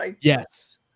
Yes